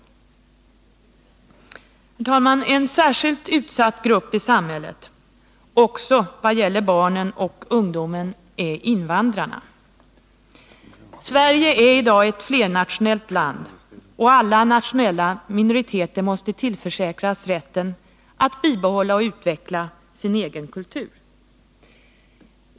Herr talman! En särskilt utsatt grupp i samhället också vad gäller barnen och ungdomen är invandrarna. Sverige är i dag ett flernationellt land, och alla nationella minoriteter måste tillförsäkras rätten att bibehålla och utveckla sin egen kultur.